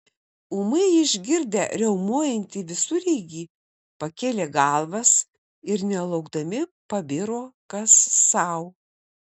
ūmai išgirdę riaumojantį visureigį pakėlė galvas ir nelaukdami pabiro kas sau